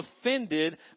offended